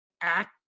act